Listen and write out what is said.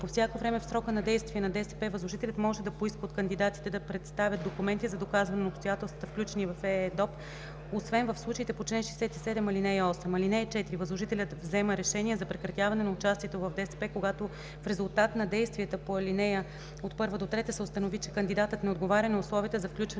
По всяко време в срока на действие на ДСП възложителят може да поиска от кандидатите да представят документи за доказване на обстоятелствата, включени в ЕЕДОП, освен в случаите по чл. 67, ал. 8. (4) Възложителят взема решение за прекратяване на участието в ДСП, когато в резултат на действията по ал. 1-3 се установи, че кандидатът не отговаря на условията за включване